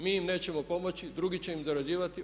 Mi im nećemo pomoći, drugi će im zarađivati.